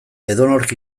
edonork